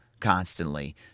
constantly